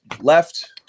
left